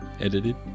edited